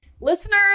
Listeners